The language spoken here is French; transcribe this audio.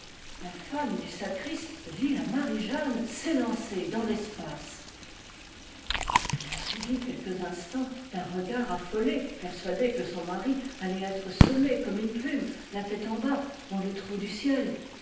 la femme du sacriste vit la marie-jeanne s'élancer dans l'es pace elle la suivit quelques instants d'un regard affolé persua dée que son mari allait être semé comme une plume la tête en bas dans le trou du ciel